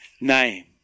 name